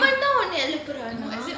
தான் உன்ன எழுப்புறானா:thaan unna elupuraana